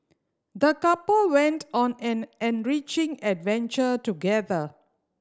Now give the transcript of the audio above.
the couple went on an enriching adventure together